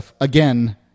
again